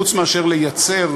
חוץ מאשר לייצר